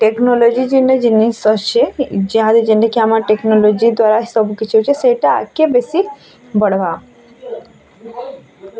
technology ଯିନ୍ଟା ଜିନିଷ୍ ଅଛେ ଯାହାଦେ ଯେନ୍ଟା କି ଆମର୍ ଟେକ୍ନୋଲୋଜି ଦ୍ୱାରା ସବୁକିଛି ହଉଛେ ସେଟା ଆଗକେ ବେଶୀ ବଢ଼୍ବା